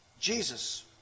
Jesus